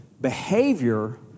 behavior